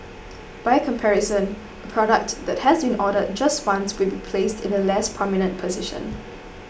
by comparison a product that has been ordered just once would be placed in a less prominent position